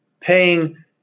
paying